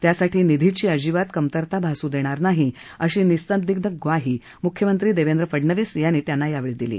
त्यासाठी निधीची अजिबात कमतरता भासू देणार नाही अशी निसंदिग्ध ग्वाही मुख्यमंत्री देवेंद्र फडणवीस यांनी यावेळी दिली